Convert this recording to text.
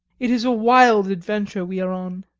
it is a wild adventure we are on.